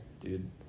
dude